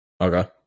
Okay